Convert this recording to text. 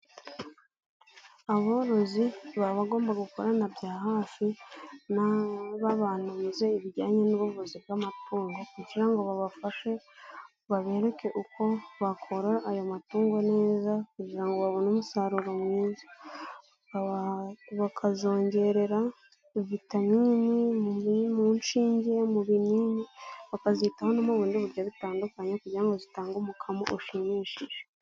Aborozi baba agomba gukorana bya hafi n'ababantu bize ibijyanye n'ubuvuzi bw'amatongo, kugira ngo babafashe babereke uko bakorora ayo matungo neza, kugira ngo babone umusaruro mwiza, bakazongerera vitaminini mu nshinge, mu binini, bakazitaho no mu bundi buryo butandukanye kugira ngo zitange umukamo ushimishije.